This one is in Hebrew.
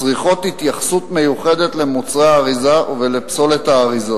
מצריכות התייחסות מיוחדת למוצרי האריזה ולפסולת האריזות.